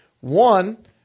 One